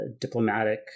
diplomatic